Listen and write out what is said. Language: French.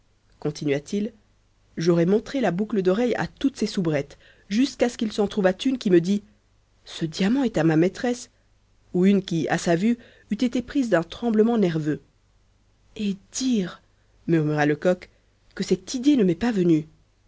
continua-t-il j'aurais montré la boucle d'oreille à toutes ces soubrettes jusqu'à ce qu'il s'en trouvat une qui me dit ce diamant est à ma maîtresse ou une qui à sa vue eût été prise d'un tremblement nerveux et dire murmura lecoq que cette idée ne m'est pas venue